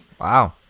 Wow